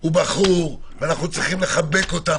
הוא בחור ואנחנו צריכים לחבק אותו.